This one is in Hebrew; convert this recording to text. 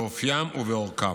באופיים ובאורכם.